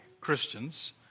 Christians